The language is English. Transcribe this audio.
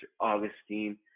Augustine